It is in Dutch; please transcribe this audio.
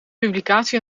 publicatie